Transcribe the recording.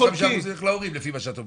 5% ילך להורים לפי מה שאת אומרת.